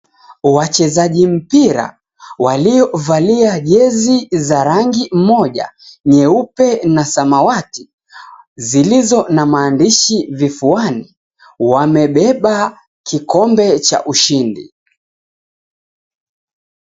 Wachezaji mpira waliovalia jezi za rangi moja, nyeupe na samawati, zilizo na maandishi vifuani, wamebeba kikombe cha ushindi.